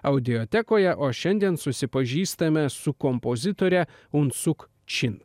audiotekoje o šiandien susipažįstame su kompozitore unsuk čin